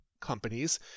companies